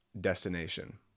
destination